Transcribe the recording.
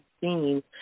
seen